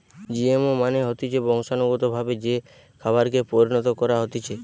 GMO মানে হতিছে বংশানুগতভাবে যে খাবারকে পরিণত করা হতিছে